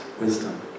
wisdom